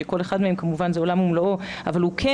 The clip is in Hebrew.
שכל אחד מהם כמובן זה עולם ומלואו אבל הוא כן